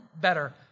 better